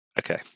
Okay